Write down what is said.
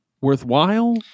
Worthwhile